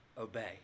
obey